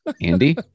Andy